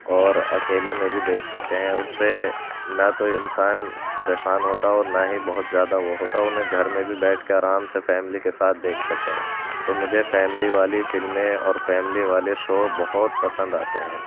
اور اکیلے میں بھی دیکھ سکتے ہیں ان سے نہ تو انسان پریشان ہوتا ہے نہ اور ہی بہت زیادہ وہ ہوتا ہے اور میں گھر میں بھی بیٹھ کے آرام سے فیملی کے ساتھ دیکھ سکتے ہیں تو مجھے فیملی والی فلمیں اور فیملی والے شو بہت پسند آتے ہیں